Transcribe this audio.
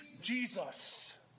jesus